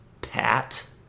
Pat